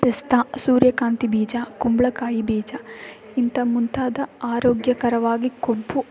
ಪಿಸ್ತಾ ಸೂರ್ಯಕಾಂತಿ ಬೀಜ ಕುಂಬಳಕಾಯಿ ಬೀಜ ಇಂಥ ಮುಂತಾದ ಆರೋಗ್ಯಕರವಾಗಿ ಕೊಬ್ಬು